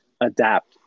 adapt